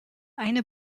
eine